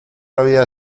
había